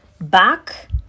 back